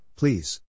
please